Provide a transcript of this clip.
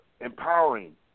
empowering